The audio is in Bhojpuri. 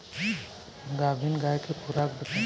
गाभिन गाय के खुराक बताई?